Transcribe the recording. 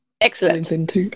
excellent